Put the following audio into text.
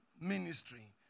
ministry